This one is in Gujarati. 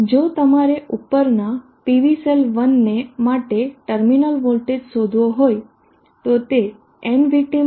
જો તમારે ઉપરના PV સેલ 1 માટે ટર્મિનલ વોલ્ટેજ શોધવો હોય તો તે nVt - nVt2 છે